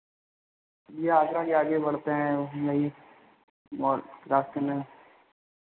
ये आगरा के आगे बढ़ते हैं यहीं और रास्ते में